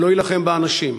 שלא יילחם באנשים,